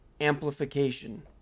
Amplification